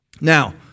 Now